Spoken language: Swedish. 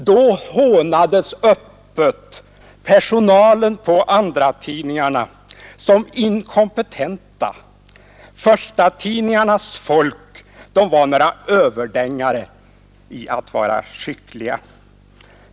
Då hånades öppet personalen på andratidningarna som inkompetent. Förstatidningarnas folk var ena överdängare i att vara skickliga.